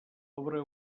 obra